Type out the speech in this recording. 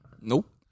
Nope